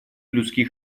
людских